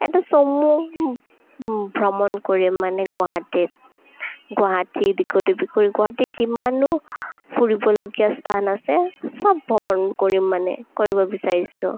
এটা চমু ভ্ৰমণ কৰিম মানে গুৱাহাটীত গুৱাহাটীৰ দীঘলী পুখুৰী গুৱাহাটীৰ যিমানবোৰ ফুৰিবলগীয়া স্থান আছে চব ভ্ৰমণ কৰিম মানে কৰিব বিচাৰিছোঁ